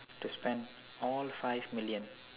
to spend all five million